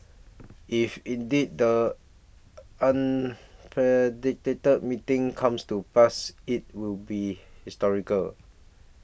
if indeed the unpredicted meeting comes to pass it will be historical